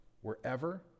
wherever